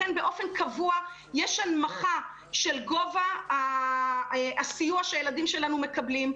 לכן באופן קבוע יש הנמכה של גובה הסיוע שהילדים שלנו מקבלים,